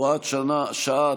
(הוראת שעה),